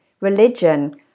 religion